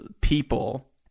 people